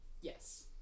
Yes